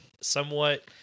somewhat